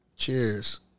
Cheers